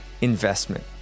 investment